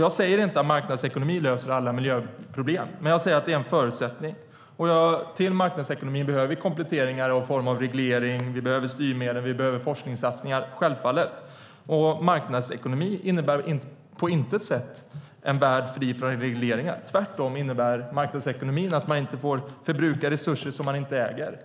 Jag säger inte att marknadsekonomin löser alla miljöproblem, utan att den är en förutsättning. Till marknadsekonomin behöver vi självfallet kompletteringar i form av regleringar, styrmedel och forskningssatsningar. Marknadsekonomi innebär på intet sätt en värld fri från regleringar. Tvärtom innebär marknadsekonomin att man inte får förbruka resurser som man inte äger.